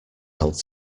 held